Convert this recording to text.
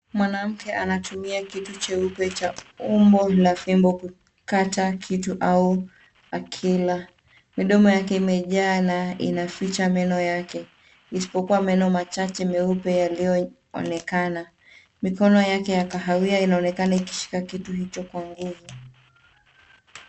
Mwanamke anatumia kitu cheupe cha umbo la fimbo kukata kitu au akila, midomo yake imejaa na inaficha meno yake, isipokuwa meno machache meupe yaliyoonekana mikono yake ya kahawia inaonekana ikishika kitu hicho kwa nguvu.